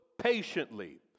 patiently